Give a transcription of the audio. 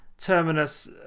Terminus